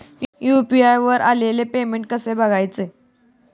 UPI वर आलेले payment कसे बघायचे?